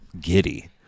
giddy